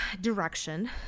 direction